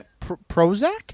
Prozac